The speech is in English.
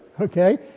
okay